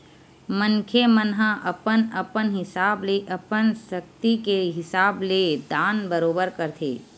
मनखे मन ह अपन अपन हिसाब ले अपन सक्ति के हिसाब ले दान बरोबर करथे